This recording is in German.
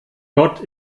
gott